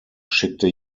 schickte